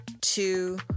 two